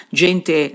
gente